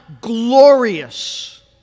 glorious